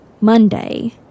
Monday